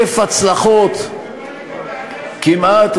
אלף הצלחות כמעט,